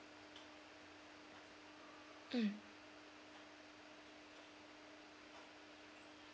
mm